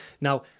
Now